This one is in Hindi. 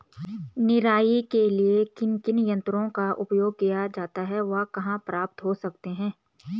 निराई के लिए किन किन यंत्रों का उपयोग किया जाता है वह कहाँ प्राप्त हो सकते हैं?